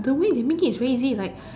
the way they make it is very easy like